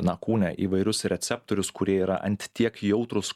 na kūne įvairius receptorius kurie yra ant tiek jautrūs